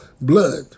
blood